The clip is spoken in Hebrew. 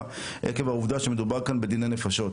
עקב העובדה שמדובר כאן בדיני נפשות.